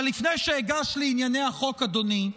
אבל לפני שאגש לענייני החוק, אדוני,